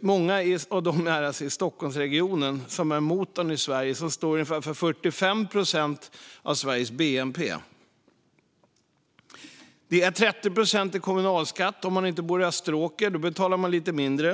många av dem är i Stockholmsregionen, som är motorn i Sverige och står för ungefär 45 procent av Sveriges bnp. Kommunalskatten är 30 procent, om man inte bor i Österåker, för då betalar man lite mindre.